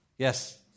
Yes